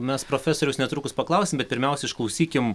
mes profesoriaus netrukus paklausim bet pirmiausia išklausykim